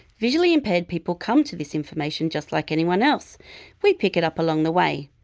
visually impaired people come to this information just like anyone else we pick it up along the way.